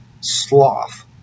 Sloth